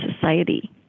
society